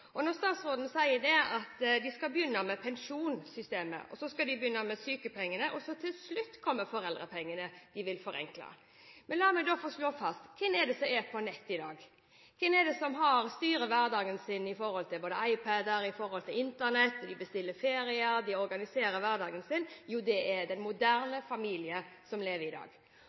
Statsråden sier at de skal begynne med å forenkle pensjonssystemet, så skal de ta sykepengene, og til slutt kommer foreldrepengene. Men la meg slå fast: Hvem er det som er på nett i dag, hvem er det som styrer hverdagen sin på iPad, på Internett, hvor de bestiller ferier, organiserer hverdagen sin? Jo, det er den moderne familie som lever i dag.